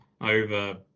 over